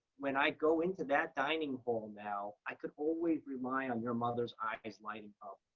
when i go into that dining hall now, i could always rely on your mother's eyes lighting up.